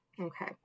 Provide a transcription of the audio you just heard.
Okay